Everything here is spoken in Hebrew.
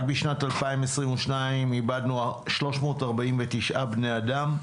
רק בשנת 2022 איבדנו 349 בני אדם,